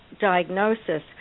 diagnosis